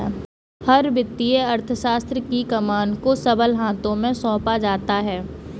हर वित्तीय अर्थशास्त्र की कमान को सबल हाथों में सौंपा जाता है